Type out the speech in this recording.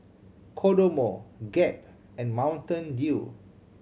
Kodomo Gap and Mountain Dew